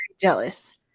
jealous